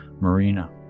marina